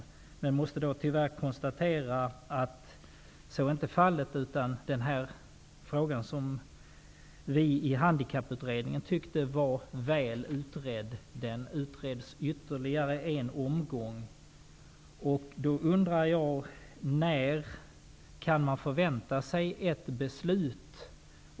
Tyvärr måste jag konstatera att så inte är fallet, utan den här frågan som vi i Handikapputredningen tyckte var väl utredd utreds ytterligare en gång. Jag undrar: När kan man förvänta sig ett beslut?